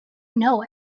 know